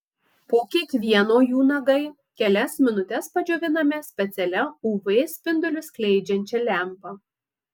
po kiekvieno jų nagai kelias minutes padžiovinami specialia uv spindulius skleidžiančia lempa